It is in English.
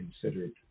considered